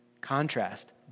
Contrast